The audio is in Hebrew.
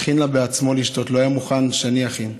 הכין לה בעצמו לשתות, לא היה מוכן שאני אכין,